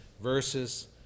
versus